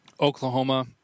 Oklahoma